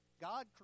God